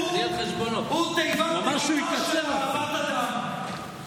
הוא תיבת, של אהבת אדם.